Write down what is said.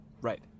Right